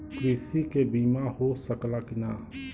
कृषि के बिमा हो सकला की ना?